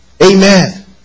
Amen